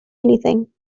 anything